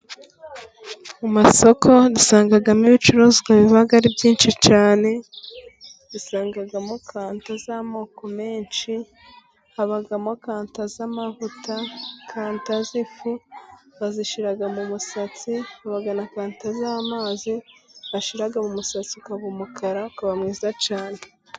Mu masoko dusangamo ibicuruzwa biba ari byinshi cyane. Dusangamo kanta z'amoko menshi; habamo kanta z'amavuta, kanta z'ifu bazishira mu musatsi, haba na kanta z'amazi bashira mu musatsi ukaba umukara, ukaba mwiza cyane.